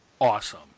awesome